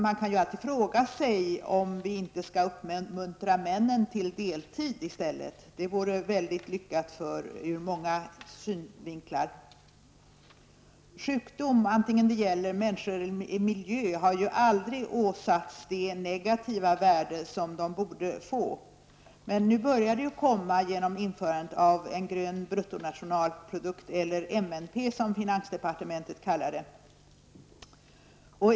Man kan alltid fråga sig om vi inte skulle uppmuntra männen till deltidsarbete i stället. Det vore väldigt lyckat ur många synvinklar. Sjukdomar, vare sig det gäller människor eller miljö, har aldrig åsatts det negativa värde som de borde få. Nu börjar det komma genom införandet av en s.k. grön bruttonationalprodukt, eller MNP som finansdepartementet kallar det.